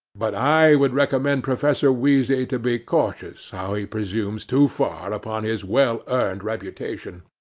but i would recommend professor wheezy to be cautious how he presumes too far upon his well-earned reputation.